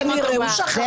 כנראה הוא שכח.